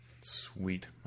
Sweet